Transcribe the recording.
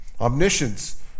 omniscience